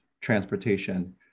transportation